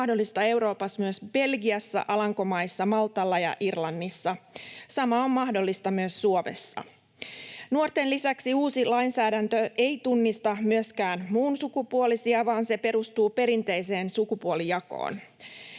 on mahdollista Euroopassa myös Belgiassa, Alankomaissa, Maltalla ja Irlannissa. Sama on mahdollista myös Suomessa. Nuorten lisäksi uusi lainsäädäntö ei tunnista myöskään muunsukupuolisia, vaan se perustuu perinteiseen sukupuolijakoon.